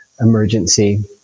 emergency